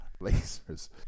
Lasers